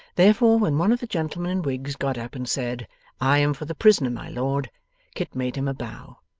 therefore, when one of the gentlemen in wigs got up and said i am for the prisoner, my lord kit made him a bow